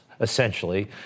essentially